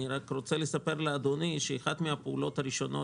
אני רק רוצה לספר לאדוני שאחת הפעולות הראשונות